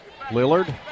Lillard